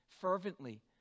fervently